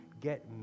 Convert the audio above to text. Get